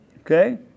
Okay